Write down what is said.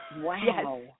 Wow